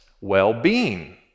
well-being